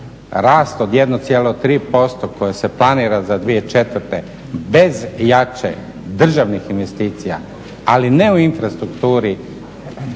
rast od 1,3% koje se planira za 2014. bez jačih državnih investicija, ali ne u infrastrukturi